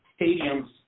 stadiums